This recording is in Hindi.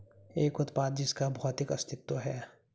एक उत्पाद जिसका भौतिक अस्तित्व है?